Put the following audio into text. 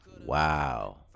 Wow